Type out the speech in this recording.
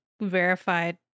verified